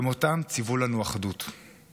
במותם ציוו לנו אחדות.